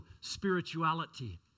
spirituality